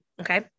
okay